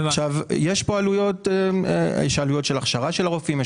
יש פה עלויות של הכשרת הרופאים,